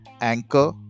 Anchor